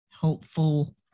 helpful